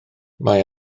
mae